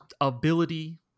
ability